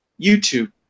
YouTube